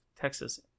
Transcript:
Texas